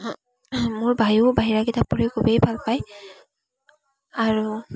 মোৰ বাইও বাহিৰা কিতাপ পঢ়ি খুবেই ভালপায় আৰু